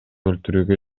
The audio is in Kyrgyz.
өлтүрүүгө